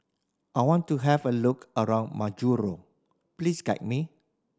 I want to have a look around Majuro please guide me